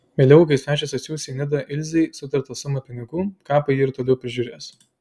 vėliau kai svečias atsiųs į nidą ilzei sutartą sumą pinigų kapą ji ir toliau prižiūrės